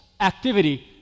Activity